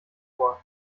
vor